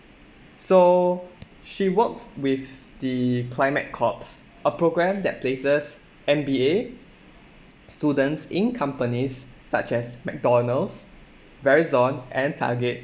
so she works with the climate corps a programme that places M_B_A students in companies such as McDonald's Verizon and Target